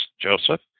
Joseph